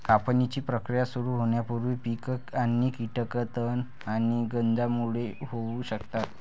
कापणीची प्रक्रिया सुरू होण्यापूर्वी पीक आणि कीटक तण आणि गंजांमुळे होऊ शकतात